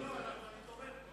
אני משכנע אותו להסכים להצעת